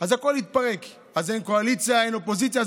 אז הכול יתפרק, אז אין קואליציה, אין אופוזיציה.